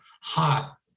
hot